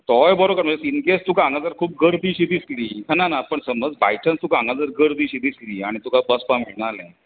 तोवूय बरो करतां इन केस तुका हांगा जर गर्दीशी दिसली ना ना समज बाय चान्स तुका हांगा जर गर्दीशी दिसली आनी तुका बसपाक मेळना जालें